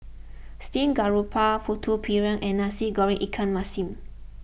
Steamed Garoupa Putu Piring and Nasi Goreng Ikan Masin